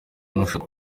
nushaka